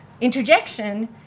interjection